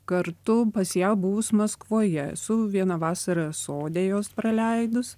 kartu pas ją buvus maskvoje esu vieną vasarą sode jos praleidus